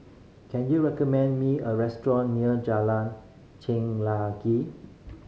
can you recommend me a restaurant near Jalan